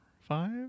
five